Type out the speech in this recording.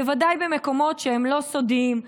בוודאי במקומות שהם לא סודיים.